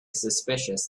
suspicious